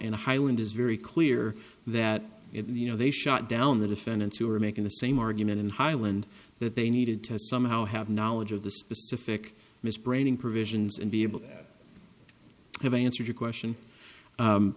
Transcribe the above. and highland is very clear that if you know they shut down the defendants who are making the same argument in highland that they needed to somehow have knowledge of the specific misbranding provisions and be able i have answered your question